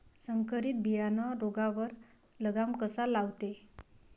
संकरीत बियानं रोगावर लगाम कसा लावते?